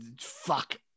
Fuck